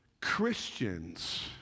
Christians